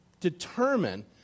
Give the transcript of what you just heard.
determine